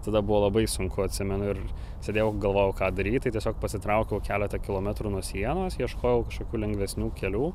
tada buvo labai sunku atsimenu ir sėdėjau galvojau ką daryt tai tiesiog pasitraukiau keletą kilometrų nuo sienos ieškojau kažkokių lengvesnių kelių